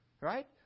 right